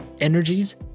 energies